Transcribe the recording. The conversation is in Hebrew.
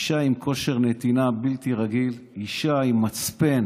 אישה עם כושר נתינה בלתי רגיל, אישה עם מצפן